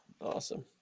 Awesome